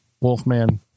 Wolfman